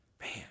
man